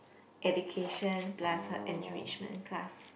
education plus her enrichment class